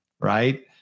right